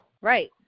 Right